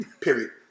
Period